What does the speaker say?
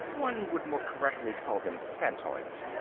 one would more correctly call them phantoids.